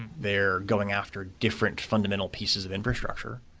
they're going after different fundamental pieces of infrastructure,